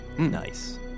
Nice